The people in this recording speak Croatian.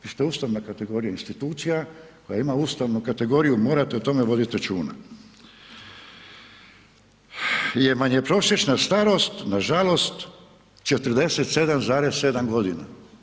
Vi ste ustavna kategorija, institucija, koja ima ustavnu kategoriju, morate o tome voditi računa, jer nam je prosječna starost, nažalost, 47,7 godina.